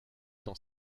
dans